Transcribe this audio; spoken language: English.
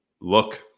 look